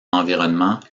environnement